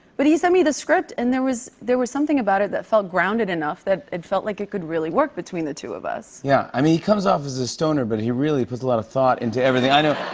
but he sent me the script, and there was there was something about it that felt grounded enough that it felt like it could really work between the two of us. yeah, i mean, he comes off as a stoner, but he really puts a lot of thought into everything. i know,